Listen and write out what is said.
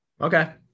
Okay